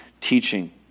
teaching